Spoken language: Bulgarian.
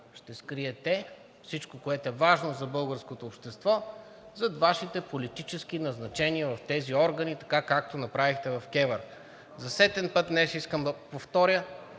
ще скриете всичко, което е важно за българското общество, зад Вашите политически назначения в тези органи, както направихте в КЕВР. За сетен път днес искам да повторя,